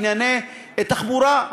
בענייני תחבורה,